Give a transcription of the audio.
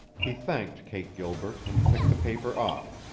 he thanked kate gilbert and picked the paper off,